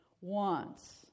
wants